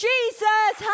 Jesus